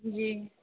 जी